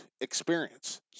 experience